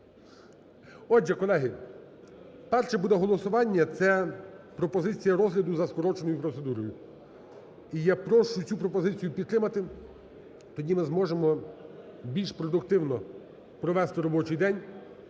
Отже, колеги, перше буде голосування. Це пропозиція розгляду за скороченою процедурою. І я прошу цю пропозицію підтримати, тоді ми зможемо більш продуктивно провести робочий день.